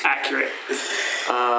Accurate